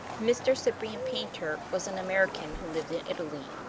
mr. cyprian paynter was an american who lived in italy.